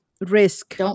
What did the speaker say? risk